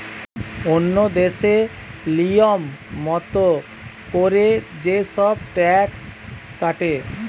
ওন্য দেশে লিয়ম মত কোরে যে সব ট্যাক্স কাটে